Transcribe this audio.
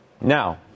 Now